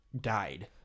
died